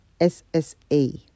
SSA